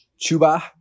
Chuba